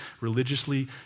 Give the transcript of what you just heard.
religiously